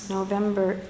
November